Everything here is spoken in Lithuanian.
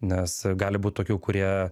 nes gali būt tokių kurie